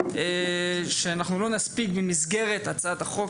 כזאת, השאלה אוטונומיה של מי?